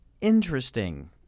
interesting